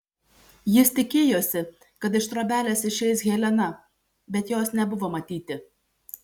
jis tikėjosi kad iš trobelės išeis helena bet jos nebuvo matyti